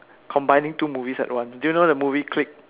combining two movies at once do you know the movie click